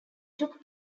took